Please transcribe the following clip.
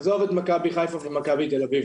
עזוב את מכבי חיפה ומכבי תל אביב,